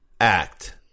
act